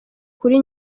kuri